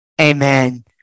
amen